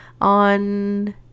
on